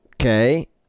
Okay